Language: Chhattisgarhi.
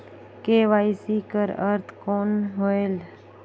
के.वाई.सी कर अर्थ कौन होएल?